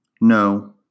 No